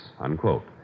unquote